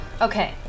Okay